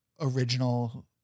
original